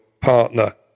partner